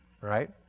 right